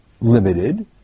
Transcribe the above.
limited